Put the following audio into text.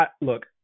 Look